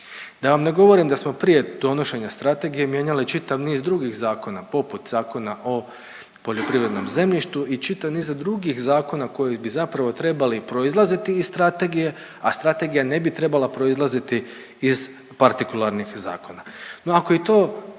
Da vam ne govorim da smo prije donošenja strategije mijenjali čitav niz drugih zakona poput Zakona o poljoprivrednom zemljištu i čitavog niza drugih zakona koji bi zapravo trebali proizlaziti iz strategije, a strategija ne bi trebala proizlaziti iz partikularnih zakona.